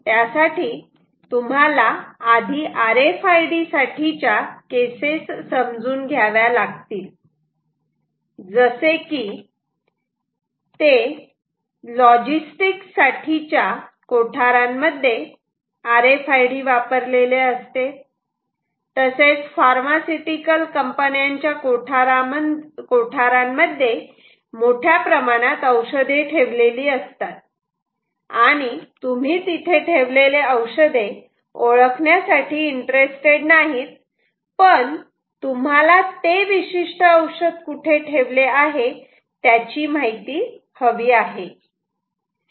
त्यासाठी तुम्हाला आधी आर एफ आय डी साठीच्या केसेस समजून घ्याव्या लागतील जसे की ते लॉजिस्टिक्स साठी च्या कोठारांमध्ये मध्ये आर एफ आय डी वापरलेले असते तसेच फार्मासिटिकल कंपन्यां च्या कोठारांमध्ये मोठ्या प्रमाणात औषधे ठेवलेली असतात आणि तुम्ही तिथे ठेवलेले औषधे ओळखण्यासाठी इंटरेस्टेड नाहीत पण तुम्हाला ते विशिष्ट औषध कुठे ठेवले आहे त्याची माहिती हवी आहे